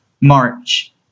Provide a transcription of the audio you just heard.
March